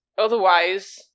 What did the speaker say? otherwise